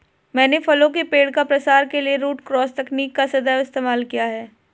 मैंने फलों के पेड़ का प्रसार के लिए रूट क्रॉस तकनीक का सदैव इस्तेमाल किया है